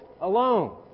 alone